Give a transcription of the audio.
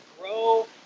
grow